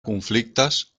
conflictes